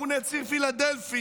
המכונה ציר פילדלפי.